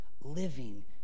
living